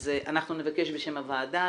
אז אנחנו נבקש בשם הוועדה,